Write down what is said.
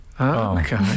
Okay